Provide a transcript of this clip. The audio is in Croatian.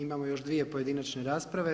Imamo još dvije pojedinačne rasprave.